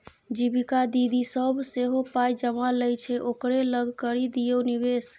जीविका दीदी सभ सेहो पाय जमा लै छै ओकरे लग करि दियौ निवेश